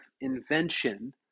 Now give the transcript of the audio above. invention